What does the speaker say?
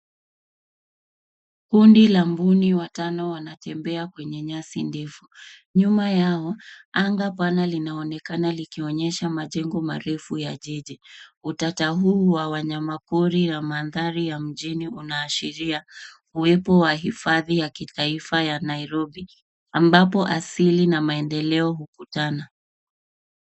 Kundi la mbuni watano wanatembea kwenye nyasi ndefu. Nyuma yao anga pana linaonekana likionyesha majengo marefu ya jiiji. Utata huu wa wanyama pori ya mandhari ya mjini unaashiria uwepo wa hifadhi ya kitaifa ya Nairobi, ambapo asili na maendeleo ukutana.